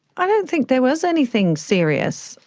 i don't think there was anything serious,